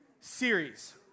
series